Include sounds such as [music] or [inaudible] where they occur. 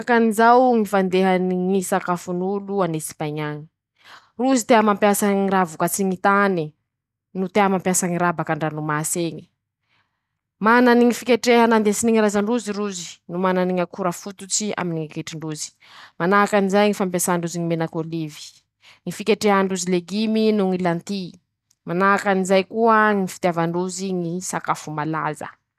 Manahaky anizao ñy fandehany ñy sakafon'olo an'Espaiñy añy: -Rozy tea mampiasa ñy raha vokatsy ñy tane ,no tea mampiasa ñy raha bakan-dranomasy eñy; [shushes] manany ñy fiketreha nandesiny ñy razan-drozy rozy [shushes] ,no manany ñy akora fototsy aminy ñy ketri-drozy ;manahaky anizay ñy fampiasan-drozy ñy menaky ôlivy ,ñy fiketrehan-drozy legimy noho ñy lantille ;manahaky anizay koa ñy fitiavan-drozy ñy sakafo malaza.